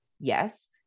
yes